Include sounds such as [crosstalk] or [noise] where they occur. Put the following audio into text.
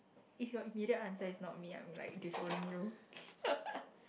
if your needed answer is not me I will be like disowning you [laughs]